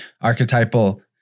archetypal